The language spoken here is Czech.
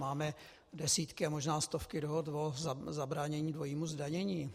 Máme desítky, možná stovky dohod o zabránění dvojímu zdanění.